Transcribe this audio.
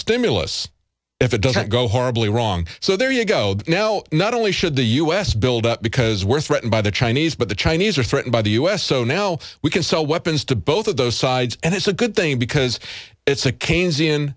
stimulus if it doesn't go horribly wrong so there you go now not only should the us build up because we're threatened by the chinese but the chinese are threatened by the us so now we can sell weapons to both of those sides and it's a good thing because it's a keynesian